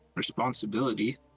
responsibility